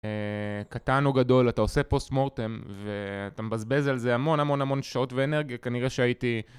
קטן או גדול אתה עושה פוסט מורטם ואתה מבזבז על זה המון המון המון שעות ואנרגיה כנראה שהייתי